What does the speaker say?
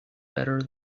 better